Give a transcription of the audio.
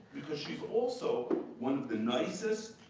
because she's also one of the nicest,